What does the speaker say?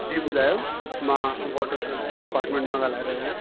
जी ॿुधायो मां water service department मां ॻाल्हाए रहियो आहियां